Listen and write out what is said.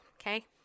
okay